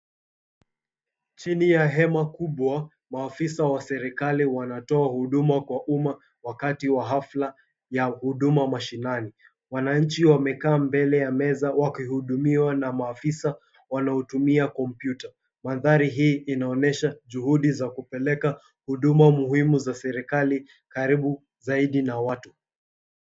Chini ya hema kubwa maafisa wa serikali wanatoa huduma kwa umma wakati wa hafla ya huduma mashinani. Wananchi wamekaa mbele ya meza wakihudumiwa na maafisa wanaotumia kompyuta. Mandhari hii inaonesha juhudi za kupeleka huduma muhimu za serikali karibu zaidi na watu.